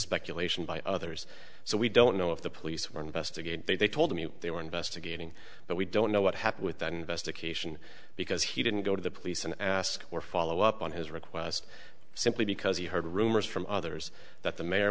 speculation by others so we don't know if the police were investigated they told me they were investigating but we don't know what happened with that investigation because he didn't go to the police and ask for follow up on his request simply because he heard rumors from others that the mayor